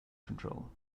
control